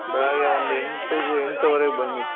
ಬೆಳಿಗ್ಗೆ ಒಂದು ಎಂಟಕ್ಕೆ ಎಂಟೂವರೆಗೆ ಬನ್ನಿ